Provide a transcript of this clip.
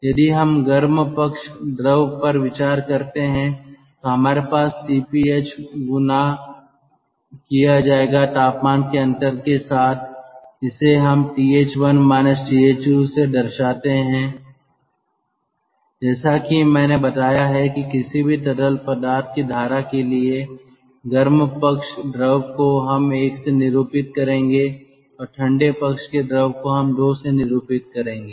यदि हम गर्म पक्ष द्रव पर विचार करते हैं तो हमारे पास H गुणा किया जाएगा तापमान के अंतर के साथ इसे हम TH1 TH2 से दर्शाते हैं जैसा कि मैंने बताया है कि किसी भी तरल पदार्थ की धारा के लिए गर्म पक्ष द्रव को हम एक से निरूपित करेंगे और ठंडे पक्ष के द्रव को हम दो से निरूपित करेंगे